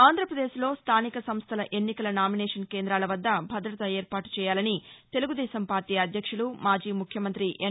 ఆంధ్రప్రదేశ్లో స్థానిక సంస్థల ఎన్నికల నామినేషన్ కేంద్రాల వద్ద భద్రత ఏర్పాటు చేయాలని తెలుగుదేశం పార్టీ అధ్యక్షులు మాజీ ముఖ్యమంతి ఎన్